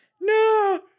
No